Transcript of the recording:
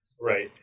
Right